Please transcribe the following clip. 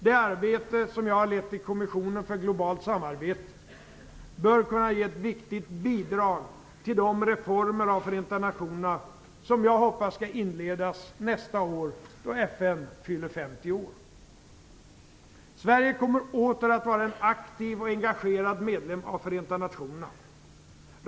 Det arbete som jag har lett i Kommissionen för globalt samarbete bör kunna ge ett viktigt bidrag till de reformer av Förenta nationerna som jag hoppas skall inledas nästa år, då Sverige kommer åter att vara en aktiv och engagerad medlem i Förenta nationerna.